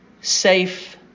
safe